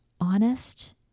honest